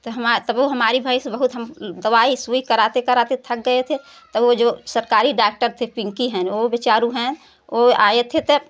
ता हमा ता ओ हमारी भैंस बहुत हम दवाई सूई कराते कराते थक गये थे तब वह जो सरकारी डाक्टर थे पिंकी हैं वह बेचारे हैं वह आये थे त